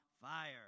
fire